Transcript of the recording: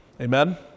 Amen